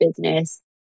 business